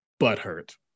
butthurt